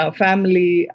family